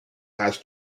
has